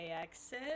exit